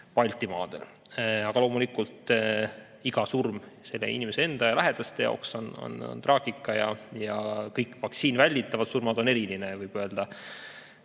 Baltimaades. Aga loomulikult iga surm selle inimese enda ja tema lähedaste jaoks on traagika. Kõik vaktsiiniga välditavad surmad on eriline kurvastuse